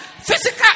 physical